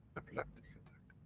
epileptic attack.